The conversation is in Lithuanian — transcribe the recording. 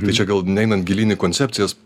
tai čia gal neinant gilyn į koncepcijas